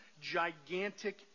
gigantic